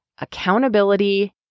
accountability